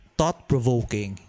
thought-provoking